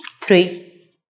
Three